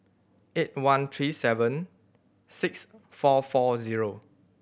eight one three seven six four four zero